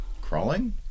crawling